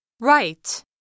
Right